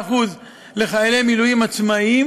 71% מבוגרי הקורס הם פעילים בתנועות הנוער.